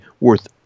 worth